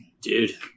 Dude